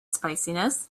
spiciness